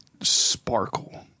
sparkle